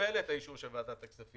וקיבל את האישור של ועדת הכספים,